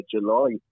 July